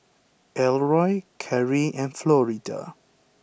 Elroy Karri and Florida